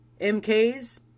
MKs